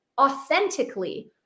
authentically